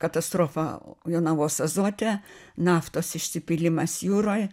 katastrofa jonavos azote naftos išsipylimas jūroj